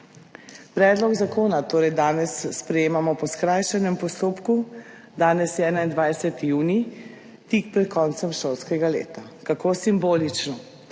Predlog zakona torej danes sprejemamo po skrajšanem postopku. Danes je 21. junij, tik pred koncem šolskega leta. Kako simbolično.